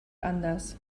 anders